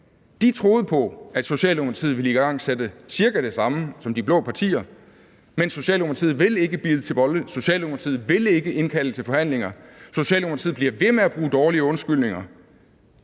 De troede på, at Socialdemokratiet ville igangsætte cirka det samme som de blå partier, men Socialdemokratiet vil ikke bide til bolle, Socialdemokratiet vil ikke indkalde til forhandlinger, Socialdemokratiet bliver ved med at bruge dårlige undskyldninger